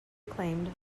acclaimed